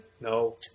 No